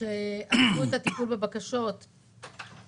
הרשויות המקומיות בגין הטבות בתחום